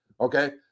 Okay